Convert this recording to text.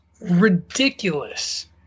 ridiculous